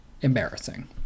embarrassing